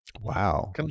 Wow